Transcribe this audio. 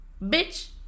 Bitch